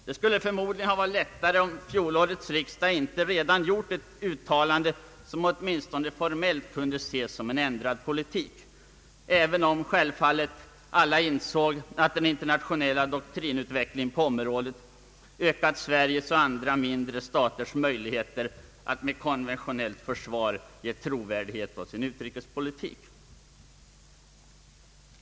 Detta skulle förmodligen ha varit lättare om inte fjolårets riksdag redan gjort ett uttalande som åtminstone formellt kunde ses som en ändrad politik, även om självfallet alla insåg att den internationella doktrinutvecklingen på området ökat Sveriges och andra mindre staters möjligheter att med konventionellt försvar ge trovärdighet åt sin utrikespolitik.